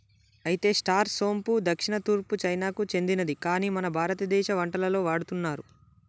అయితే స్టార్ సోంపు దక్షిణ తూర్పు చైనాకు సెందినది కాని మన భారతదేశ వంటలలో వాడుతున్నారు